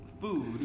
food